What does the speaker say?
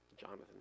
Jonathan